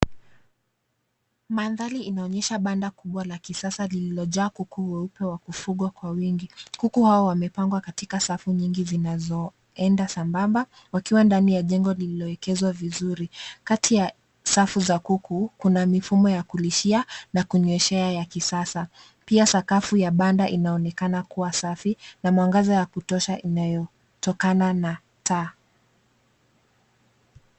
Mandhari inaonyesha banda kubwa la kisasa lililojaa kuku weupe wa kufugwa kwa wingi. Kuku hao wamepangwa katika safu nyingi zinazoenda sabamba, wakiwa ndani ya jengo lililowekezwa vizuri. Kati ya safu za kuku kuna mifumo ya kulishia na kunyweshea ya kisasa. Pia sakafu ya banda inaonekana kuwa safi na mwangaza ya kutosha inayotokana na taa.